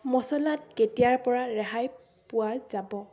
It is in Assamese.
মচলাত কেতিয়াৰ পৰা ৰেহাই পোৱা যাব